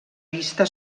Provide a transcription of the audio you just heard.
vista